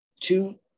two